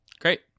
Great